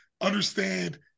understand